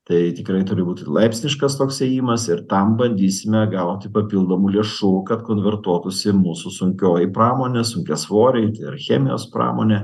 tai tikrai turi būti laipsniškas toks ėjimas ir tam bandysime gauti papildomų lėšų kad konvertuotųsi mūsų sunkioji pramonė sunkiasvoriai ir chemijos pramonė